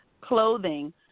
clothing